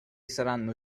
saranno